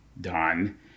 done